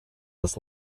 this